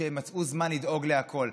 שהם מצאו זמן לדאוג להכול.